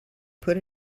put